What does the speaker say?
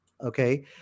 okay